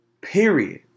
period